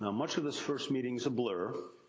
ah much of this first meeting is a blur.